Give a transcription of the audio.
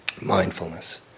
Mindfulness